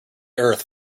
earth